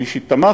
הוא אישית תמך,